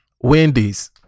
Wendy's